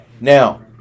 now